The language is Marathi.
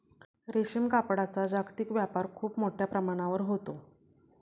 रेशीम कापडाचा जागतिक व्यापार खूप मोठ्या प्रमाणावर होतो